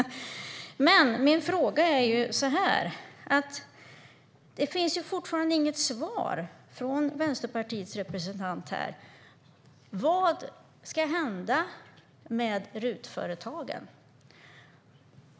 Det finns dock fortfarande inget svar från Vänsterpartiets representant när det gäller vad som ska hända med RUT-företagen.